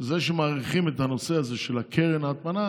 זה שמאריכים את הנושא הזה של קרן ההטמנה